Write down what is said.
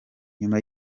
nyuma